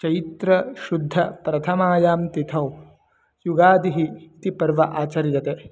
चैत्रशुद्धप्रथमायां तिथौ युगादिः इति पर्व आचर्यते